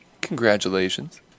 congratulations